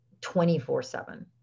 24/7